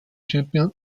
champion